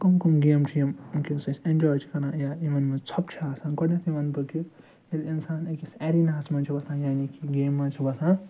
کٕم کٕم گیمہٕ چھِ یِم وُنٛکیٚس أسۍ ایٚنجواے چھِ کَران یا یِمن منٛز ژھۄپہٕ چھِ آسان گۄڈٕنیٚتھٕے وَنہٕ بہٕ کہِ ییٚلہِ اِنسان أکِس ایٚرِنا ہَس منٛز چھُ وَسان یعنی کہِ گیمہِ منٛز چھُ وسان